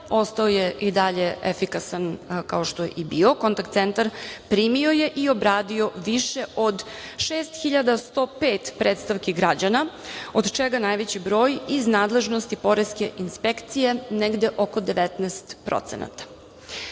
ostao je i dalje efikasan kao što je i bio. Kontakt centar primio je i obradio više od 6105 predstavki građana, od čega najveći broj iz nadležnosti poreske inspekcije, negde oko 19%.Za naše